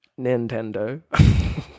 nintendo